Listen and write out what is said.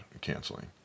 canceling